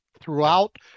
throughout